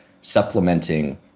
supplementing